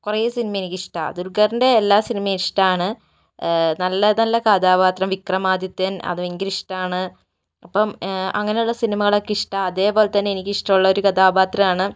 കുറേ സിനിമ എനിക്ക് ഇഷ്ടമാ ദുല്ഖറിന്റെ എല്ലാ സിനിമയും ഇഷ്ടമാണ് നല്ല നല്ല കഥാപാത്രം വിക്രമാദിത്യന് അത് ഭയങ്കര ഇഷ്ടമാണ് അപ്പോൾ അങ്ങനെയുള്ള സിനിമകളൊക്കെ ഇഷ്ടമാണ് അതേപോലെത്തന്നെ എനിക്ക് ഇഷ്ടം ഉള്ളൊരു കഥാപാത്രമാണ്